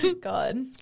God